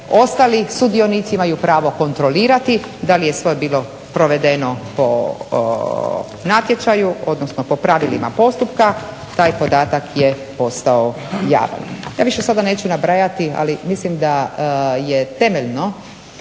ostali sudionici imaju pravo kontrolirati da li je sve bilo provedeno po natječaju, odnosno po pravilima postupka taj podatak je postao javan. Ja sada više neću nabrajati, ali mislim da je temeljno